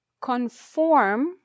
conform